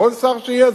כל שר שיהיה?